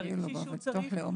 השיקום הרגשי שהוא צריך,